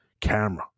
camera